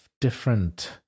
different